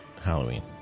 Halloween